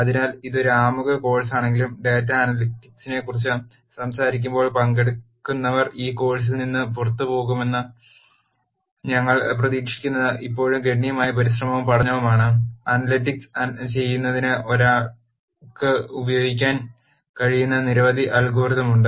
അതിനാൽ ഇത് ഒരു ആമുഖ കോഴ്സാണെങ്കിലും ഡാറ്റാ അനലിറ്റിക്സിനെക്കുറിച്ച് സംസാരിക്കുമ്പോൾ പങ്കെടുക്കുന്നവർ ഈ കോഴ് സിൽ നിന്ന് പുറത്തുപോകുമെന്ന് ഞങ്ങൾ പ്രതീക്ഷിക്കുന്നത് ഇപ്പോഴും ഗണ്യമായ പരിശ്രമവും പഠനവുമാണ് അനലിറ്റിക്സ് ചെയ്യുന്നതിന് ഒരാൾക്ക് ഉപയോഗിക്കാൻ കഴിയുന്ന നിരവധി അൽഗോരിതം ഉണ്ട്